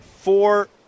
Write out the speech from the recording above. four